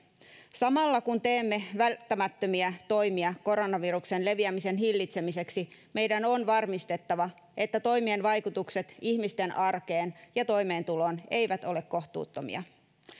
samalla kun teemme välttämättömiä toimia koronaviruksen leviämisen hillitsemiseksi meidän on varmistettava että toimien vaikutukset ihmisten arkeen ja toimeentuloon eivät ole kohtuuttomia